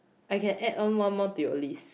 I can add on one more to your list